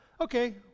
Okay